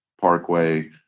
Parkway